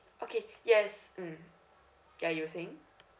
okay yes mmhmm ya you're saying